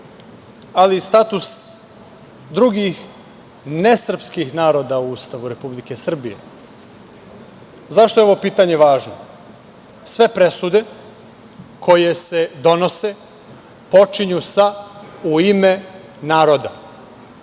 ali i status drugih nesrpskih naroda u Ustavu Republike Srbije? Zašto je ovo pitanje važno? Sve presude koje se donose počinju sa - U ime naroda.